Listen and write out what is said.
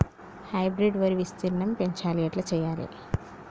Hybrid వరి విస్తీర్ణం పెంచాలి ఎట్ల చెయ్యాలి?